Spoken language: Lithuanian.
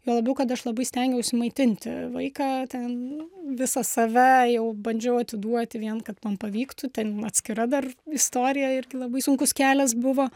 juo labiau kad aš labai stengiausi maitinti vaiką ten visą save jau bandžiau atiduoti vien kad man pavyktų ten atskira dar istorija irgi labai sunkus kelias buvo